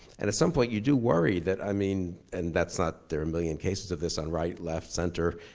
and at some point you do worry that, i mean and that's not, there are a million cases of this on right, left, center.